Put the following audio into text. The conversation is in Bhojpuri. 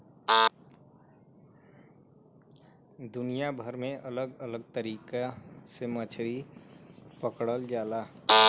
दुनिया भर में अलग अलग तरीका से मछरी पकड़ल जाला